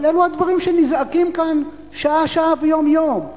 אבל אלו הדברים שנזעקים כאן שעה-שעה ויום-יום,